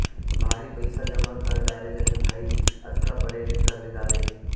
भारी पइसा जमा कर डारे रहें भाई, अतका बड़े टेक्टर ले डारे